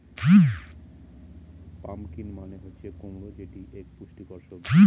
pumpkin মানে হচ্ছে কুমড়ো যেটি এক পুষ্টিকর সবজি